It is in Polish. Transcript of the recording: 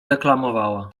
deklamowała